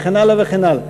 וכן הלאה וכן הלאה.